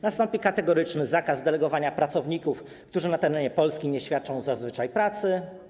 Nastąpi kategoryczny zakaz delegowania pracowników, którzy na terenie Polski nie świadczą zazwyczaj pracy.